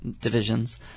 divisions